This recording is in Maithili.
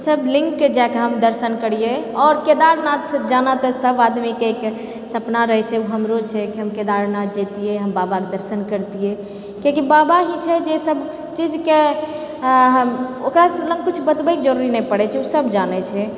सब लिङ्गके जाए कए हम दर्शन करिऐ आओर केदारनाथ जाना तऽ सब आदमीके एक सपना रहैत छै ओ हमरो छै कि केदारनाथ जइतिऐ हम बाबाके दर्शन करितिऐ किआकि बाबा ही छै जे सब चीजके ओकरा लग किछु बतबएके जरूरत नहि पड़ए छै ओ सब जानए छै